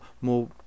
more